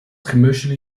commercially